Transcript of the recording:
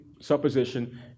supposition